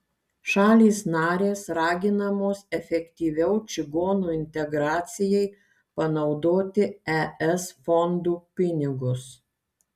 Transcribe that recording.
šalys narės raginamos efektyviau čigonų integracijai panaudoti es fondų pinigus